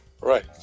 Right